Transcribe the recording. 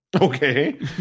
Okay